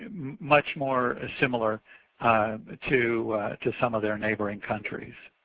much more ah similar to to some of their neighboring countries.